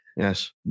Yes